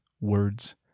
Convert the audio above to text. words